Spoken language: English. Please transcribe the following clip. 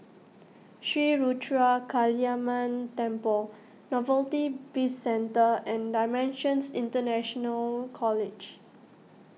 Sri Ruthra Kaliamman Temple Novelty Bizcentre and Dimensions International College